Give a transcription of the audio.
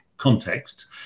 context